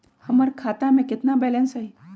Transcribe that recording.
हमर खाता में केतना बैलेंस हई?